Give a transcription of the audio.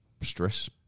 stress